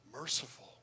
merciful